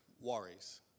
worries